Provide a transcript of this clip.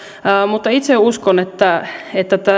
mutta itse uskon että että